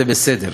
וזה בסדר,